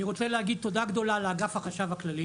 אני רוצה להגיד תודה גדולה לאגף החשב הכללי